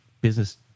Business